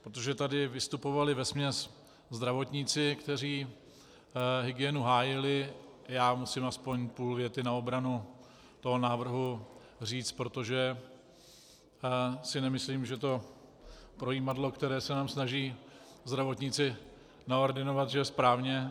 Protože tady vystupovali vesměs zdravotníci, kteří hygienu hájili, musím aspoň půl věty na obranu toho návrhu říct, protože si nemyslím, že to projímadlo, které se nám snaží zdravotníci naordinovat, že je správně.